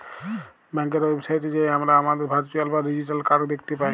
ব্যাংকের ওয়েবসাইটে যাঁয়ে আমরা আমাদের ভারচুয়াল বা ডিজিটাল কাড় দ্যাখতে পায়